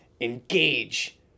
engage